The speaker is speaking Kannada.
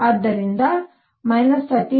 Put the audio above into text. ಆದ್ದರಿಂದ 13